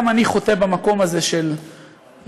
גם אני חוטא במקום הזה של לתקוף,